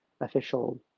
official